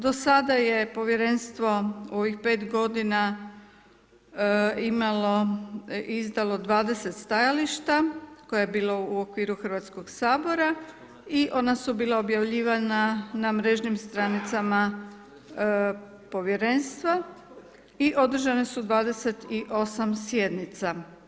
Do sada je Povjerenstvo u ovih 5 godina imalo, izdalo 20 stajališta, koje je bilo u okviru Hrvatskog sabora i ona su bila objavljivana na mrežnim stranicama povjerenstva i održane su 28 sjednica.